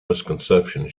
misconception